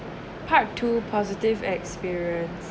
part two positive experience